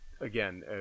again